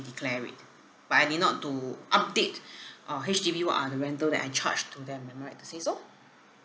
declare with but I did not to update uh H_D_B what are the rental that I charged to them am I right to say so